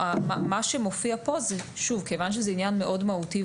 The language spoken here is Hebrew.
כיוון שזהו עניין מאוד מהותי,